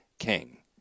king